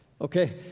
okay